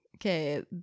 Okay